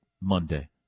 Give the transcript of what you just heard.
Monday